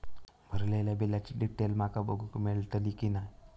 भरलेल्या बिलाची डिटेल माका बघूक मेलटली की नाय?